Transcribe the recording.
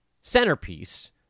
centerpiece